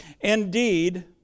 Indeed